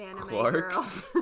Clarks